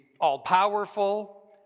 all-powerful